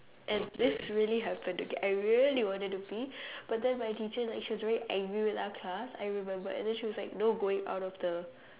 and this really happened I really wanted to pee but then my teacher like she was really angry with our class I remembered then she was like no going out of the